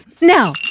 Now